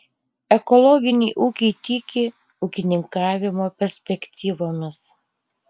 ekologiniai ūkiai tiki ūkininkavimo perspektyvomis